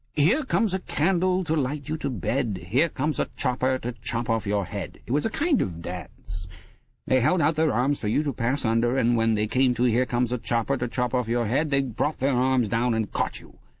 here comes a candle to light you to bed, here comes a chopper to chop off your head. it was a kind of a dance. they held out their arms for you to pass under, and when they came to here comes a chopper to chop off your head they brought their arms down and caught you.